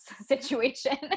situation